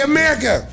America